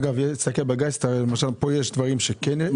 אגב, תתבונן בגיידסטאר, יש שם דברים שמופיעים.